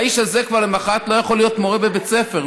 האיש הזה למוחרת לא יכול להיות מורה בבית ספר.